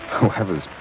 Whoever's